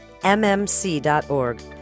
mmc.org